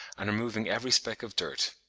and removing every speck of dirt.